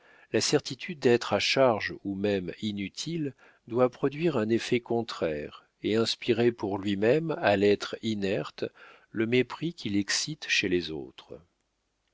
la certitude d'être à charge ou même inutile doit produire un effet contraire et inspirer pour lui-même à l'être inerte le mépris qu'il excite chez les autres